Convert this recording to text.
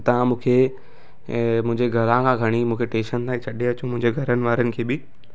तव्हां मूंखे इहो मुंहिंजे घरां खां खणी मूंखे टेशन ताईं छॾे अचो मुंहिंजे घरनि वारनि खे बि